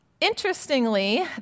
Interestingly